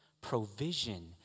Provision